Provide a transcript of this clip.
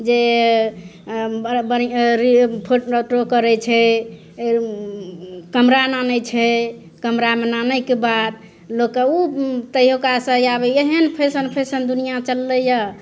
जे फोटो करय छै कैमरा आनय छै कैमरामे आनयके बाद लोगके उ तहियो केका से आब एहन फैशन फैशन दुनिआँ चललैये